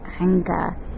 anger